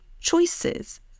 choices